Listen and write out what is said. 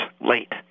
late